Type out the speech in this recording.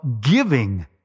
giving